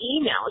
email